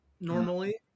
normally